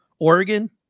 Oregon